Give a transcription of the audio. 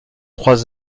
trois